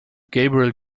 gabriel